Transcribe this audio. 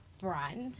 brand